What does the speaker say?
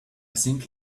think